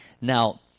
Now